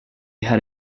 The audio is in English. had